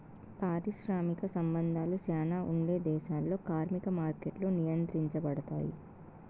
పారిశ్రామిక సంబంధాలు శ్యానా ఉండే దేశాల్లో కార్మిక మార్కెట్లు నియంత్రించబడుతాయి